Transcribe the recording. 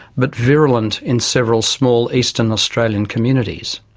but virulent in several small eastern australian communities?